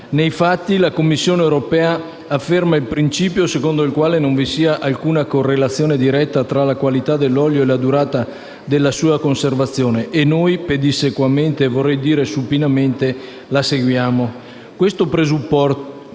Nei fatti, la Commissione europea afferma il principio secondo il quale non vi è alcuna correlazione diretta tra la qualità dell'olio e la durata della sua conservazione e noi, pedissequamente - vorrei dire supinamente - la seguiamo.